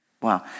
wow